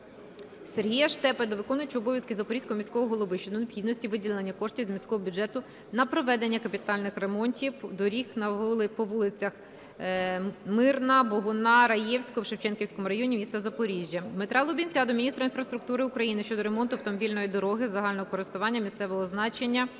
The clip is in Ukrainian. Сергія Штепи до виконувача обов'язків Запорізького міського голови щодо необхідності виділення коштів з міського бюджету на проведення капітальних ремонтів доріг по вулицях Мирна, Богуна, Раєвського в Шевченківському районі міста Запоріжжя. Дмитра Лубінця до міністра інфраструктури України щодо ремонту автомобільної дороги загального користування місцевого значення